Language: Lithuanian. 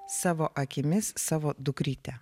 savo akimis savo dukrytę